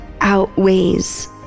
outweighs